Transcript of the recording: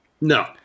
No